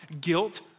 guilt